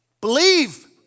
Believe